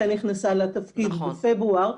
חן נכנסה לתפקיד בפברואר.